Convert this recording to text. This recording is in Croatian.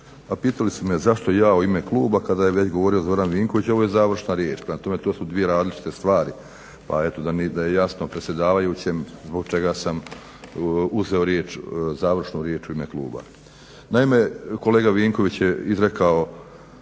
Pitali su me zašto ja u ime kluba kada je već govorio Zoran Vinković. Ovo je završna riječ. Prema tome, to su dvije različite stvari, pa eto da je jasno predsjedavajućem zbog čega sam uzeo riječ, završnu riječ u ime kluba. Naime, kolega Vinković je izrekao